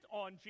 on